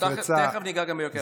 תכף ניגע גם ביוקר המחיה.